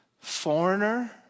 foreigner